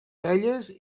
celles